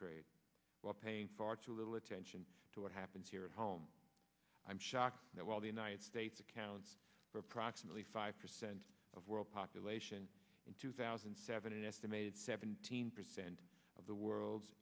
while paying far too little attention to what happens here at home i'm shocked that while the united states accounts for approximately five percent of world population in two thousand and seven an estimated seventeen percent of the world's